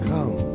Come